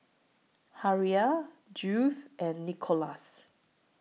Harrell Judyth and Nicolas